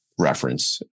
reference